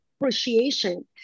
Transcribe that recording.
appreciation